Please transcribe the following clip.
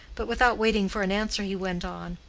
but without waiting for an answer he went on.